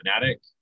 fanatic